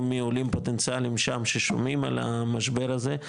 מעולים פוטנציאליים שם ששומעים על המשבר הזה,